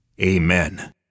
Amen